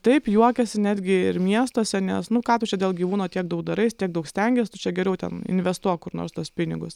taip juokiasi netgi ir miestuose nes nu ką tu čia dėl gyvūno tiek daug darai tiek daug stengiesi tu čia geriau ten investuok kur nors tuos pinigus